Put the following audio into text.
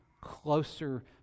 closer